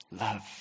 love